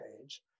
page